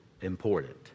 important